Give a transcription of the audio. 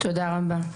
תודה רבה.